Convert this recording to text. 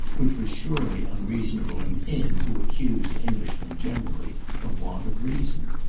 which was surely unreasonable in him who accused englishmen generally of want of reason.